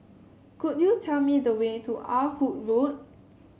could you tell me the way to Ah Hood Road